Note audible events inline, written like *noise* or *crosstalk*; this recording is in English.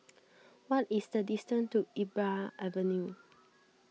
*noise* what is the distance to Iqbal Avenue